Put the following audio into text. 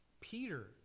Peter